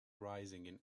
rising